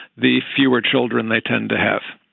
the fewer children they tend to have.